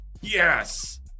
Yes